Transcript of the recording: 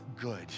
good